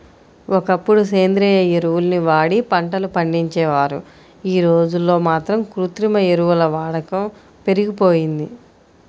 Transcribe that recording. ఒకప్పుడు సేంద్రియ ఎరువుల్ని వాడి పంటలు పండించేవారు, యీ రోజుల్లో మాత్రం కృత్రిమ ఎరువుల వాడకం పెరిగిపోయింది